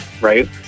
right